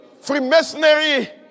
freemasonry